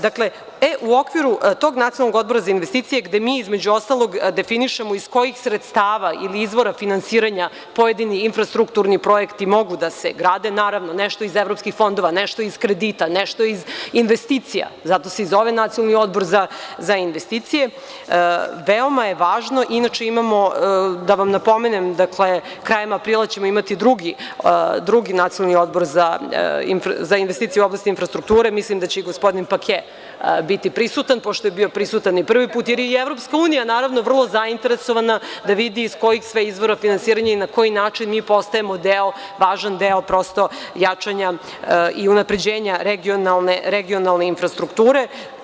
Dakle, u okviru tog Nacionalnog odbora za investicije gde mi između ostalog definišemo iz kojih sredstava ili izvora finansiranja pojedinih infrastrukturni projekti mogu da se grade, naravno nešto iz evropskih fondova, nešto iz kredita, nešto iz investicija, zato se i zove Nacionalni odbor za investicije, veoma je važno, inače imamo da vam napomenem, krajem aprila ćemo imati drugi Nacionalni odbor za investicije u oblasti infrastrukture, mislim da će i gospodin Pake biti prisutan, pošto je bio prisutan i prvi put, jer je i EU naravno vrlo zainteresovana da vidi iz kojih sve izvora finansiranja i na koji način mi postajemo važan deo jačanja i unapređenja regionalne infrastrukture.